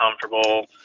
comfortable